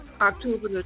October